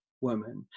woman